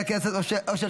חבר הכנסת אושר